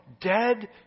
dead